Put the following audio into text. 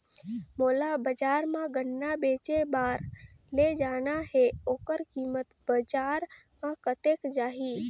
मोला बजार मां गन्ना बेचे बार ले जाना हे ओकर कीमत बजार मां कतेक जाही?